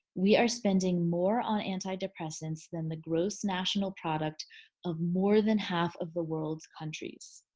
we are spending more on antidepressants than the gross national product of more than half of the world's countries.